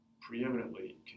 preeminently